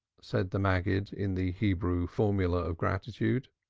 said the maggid in the hebrew formula of gratitude.